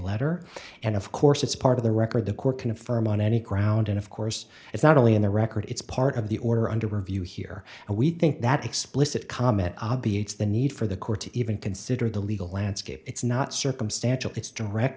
letter and of course it's part of the record the court can affirm on any ground and of course it's not only in the record it's part of the order under review here and we think that explicit comment obviates the need for the court to even consider the legal landscape it's not circumstantial it's direct